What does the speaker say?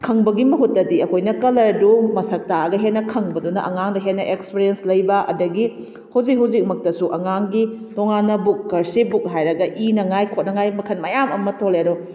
ꯈꯪꯕꯒꯤ ꯃꯍꯨꯠꯇꯗꯤ ꯑꯩꯈꯣꯏꯅ ꯀꯂꯔꯗꯨ ꯃꯁꯛ ꯇꯥꯛꯑꯒ ꯍꯦꯟꯅ ꯈꯪꯕꯗꯨꯅ ꯑꯉꯥꯡꯗ ꯍꯦꯟꯅ ꯑꯦꯛꯁꯄꯔꯤꯌꯦꯟꯁ ꯂꯩꯕ ꯑꯗꯒꯤ ꯍꯧꯖꯤꯛ ꯍꯧꯖꯤꯛ ꯃꯛꯇꯁꯨ ꯑꯉꯥꯡꯒꯤ ꯇꯣꯉꯥꯟꯅ ꯕꯨꯛ ꯀꯔꯁꯤꯞ ꯕꯨꯛ ꯍꯥꯏꯔꯒ ꯏꯅꯉꯥꯏ ꯈꯣꯠꯅꯉꯥꯏ ꯃꯈꯜ ꯃꯌꯥꯝ ꯑꯃ ꯊꯣꯛꯂꯛꯑꯦ ꯑꯗꯣ